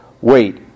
wait